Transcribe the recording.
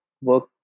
work